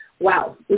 Wow